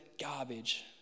garbage